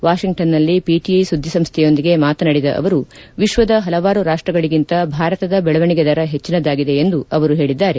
ವಾಷಿಂಗ್ಟನ್ನಲ್ಲಿ ಪಿಟಿಐ ಸುದ್ವಿಸಂಸ್ವೆಯೊಂದಿಗೆ ಮಾತನಾಡಿದ ಅವರು ವಿಶ್ವದ ಹಲವಾರು ರಾಷ್ಷಗಳಗಿಂತ ಭಾರತದ ಬೆಳವಣಿಗೆ ದರ ಹೆಚ್ಚನದಾಗಿದೆ ಎಂದು ಅವರು ಹೇಳಿದ್ದಾರೆ